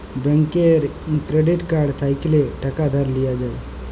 ব্যাংকের credit card থ্যাইকলে টাকা ধার লিয়া যায়